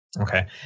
Okay